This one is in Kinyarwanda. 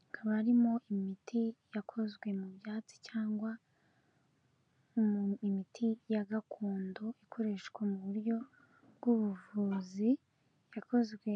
hakaba harimo imiti yakozwe mu byatsi cyangwa mu imiti ya gakondo ikoreshwa mu buryo bw'ubuvuzi, ikozwe